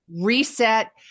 reset